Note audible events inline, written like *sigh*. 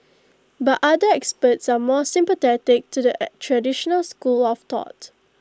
but other experts are more sympathetic to the *hesitation* traditional school of thought